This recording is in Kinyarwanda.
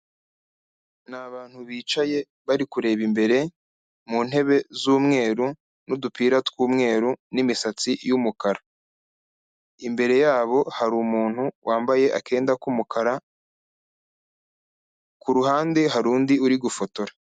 Ni abantu bicaye bari kureba imbere, mu ntebe z'umweru n'udupira tw'umweru n'imisatsi y'umukara. Imbere yabo, hari umuntu wambaye akenda k'umukara, ku ruhande hari undi uri gufotora.